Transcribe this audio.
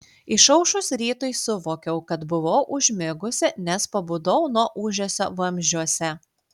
išaušus rytui suvokiau kad buvau užmigusi nes pabudau nuo ūžesio vamzdžiuose